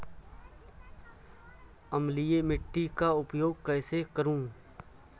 अम्लीय मिट्टी का उपचार कैसे करूँ?